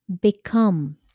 Become